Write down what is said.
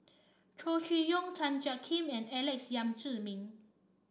Chow Chee Yong Tan Jiak Kim and Alex Yam Ziming